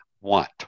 want